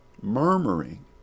Murmuring